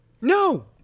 No